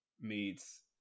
meets